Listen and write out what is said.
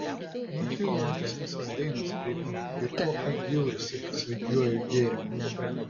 nutilo linksmosios dainos prie vyno girtuokliai bjaurisi svaigiuoju gėrimu